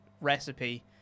recipe